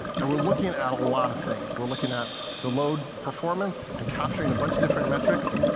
and we're looking at a lot of things. we're looking at the load performance and capturing a bunch of different metrics.